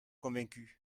convaincus